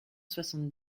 soixante